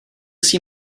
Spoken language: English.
see